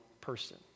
person